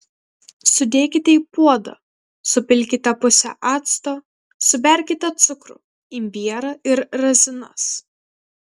sudėkite į puodą supilkite pusę acto suberkite cukrų imbierą ir razinas